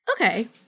Okay